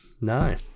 no